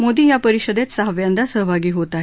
मोदी या परिषदेत सहाव्यांदा सहभागी होत आहेत